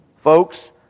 Folks